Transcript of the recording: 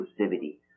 exclusivity